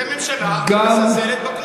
זה ממשלה שמזלזלת בכנסת.